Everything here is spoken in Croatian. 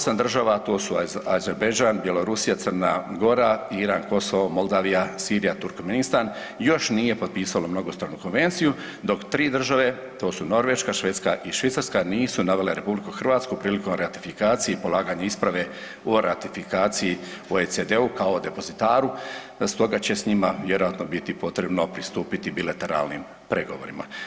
8 država to su Azerbajdžan, Bjelorusija, Crna Gora, Iran, Kosovo, Moldavija, Sirija, Turkmenistan još nije potpisalo mnogostranu konvenciju dok tri države to su Norveška, Švedska i Švicarska nisu navele RH prilikom ratifikacije i polaganje isprave o ratifikaciji u OECD-u kao depozitaru, te stoga će s njima vjerojatno biti potrebno pristupiti bilateralnim pregovorima.